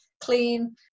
clean